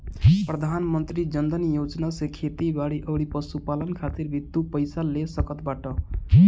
प्रधानमंत्री जन धन योजना से खेती बारी अउरी पशुपालन खातिर भी तू पईसा ले सकत बाटअ